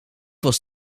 was